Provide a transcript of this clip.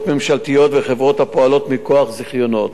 ממשלתיות וחברות הפועלות מכוח זיכיונות.